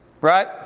Right